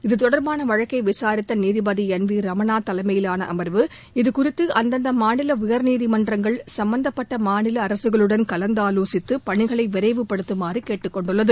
இத்தொடர்பான வழக்கை விசாரித்த நீதிபதி என் வி ரமணா தலைமையிவான அமர்வு இதுகுறித்து அந்தந்த மாநில உயா்நீதிமன்றங்கள் சம்பந்தப்பட்ட மாநில அரசுகளுடன் கலந்தாலோசித்து பணிகளை விரைவுபடுத்துமாறு கேட்டுக்கொண்டுள்ளது